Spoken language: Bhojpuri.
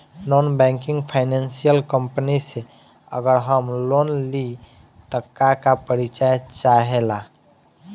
नॉन बैंकिंग फाइनेंशियल कम्पनी से अगर हम लोन लि त का का परिचय चाहे ला?